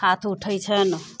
हाथ उठैत छनि